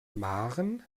maren